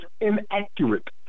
inaccurate